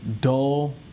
dull